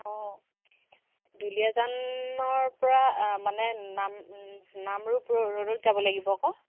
অঁ দুলীয়াজনৰপৰা মানে নামৰূপ ৰ'দত যাব লাগিব আকৌ